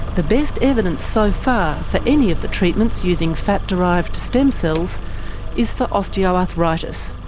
the best evidence so far for any of the treatments using fat-derived stem cells is for osteoarthritis,